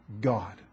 God